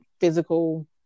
physical